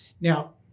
now